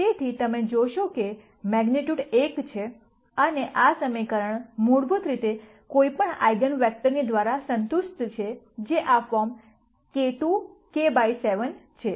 તેથી તમે જોશો કે મેગ્નીટ્યૂડ 1 છે અને આ સમીકરણ મૂળભૂત રીતે કોઈ પણ આઇગન વેક્ટરની દ્વારા સંતુષ્ટ છે જે આ form k to k by 7 છે